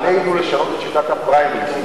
עלינו לשנות את שיטת הפריימריז.